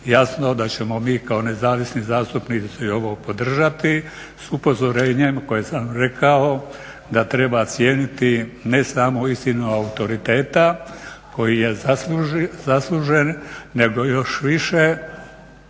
Jasno da ćemo mi kao nezavisni zastupnici ovo podržati s upozorenjem koje sam rekao, da treba cijeniti ne samo istinu autoriteta koji je zaslužen, nego još više